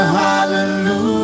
hallelujah